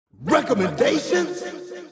Recommendations